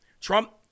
Trump